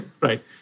Right